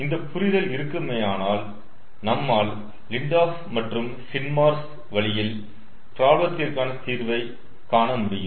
இந்த புரிதல் இருக்குமேயானால் நம்மால் லிந்ஹாப் மற்றும் ஹிண்ட்மார்ஷ் வழியில் ப்ராப்ளத்திற்கான தீர்வை முடியும்